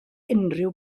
unrhyw